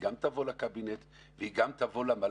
גם תבוא לקבינט והיא גם תבוא למל"ל,